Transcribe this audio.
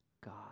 God